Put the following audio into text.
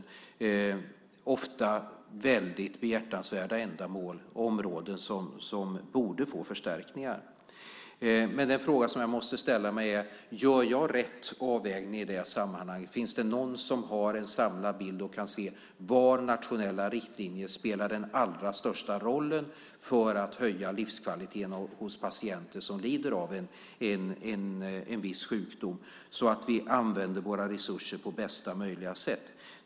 Det är ofta väldigt behjärtansvärda ändamål och områden som borde få förstärkningar. Men den fråga som jag måste ställa mig är: Gör jag rätt avvägning i detta sammanhang - finns det någon som har en samlad bild och som kan se var nationella riktlinjer spelar den allra största rollen för att höja livskvaliteten hos patienter som lider av en viss sjukdom, så att vi använder våra resurser på bästa möjliga sätt?